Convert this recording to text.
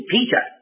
Peter